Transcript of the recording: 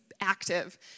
active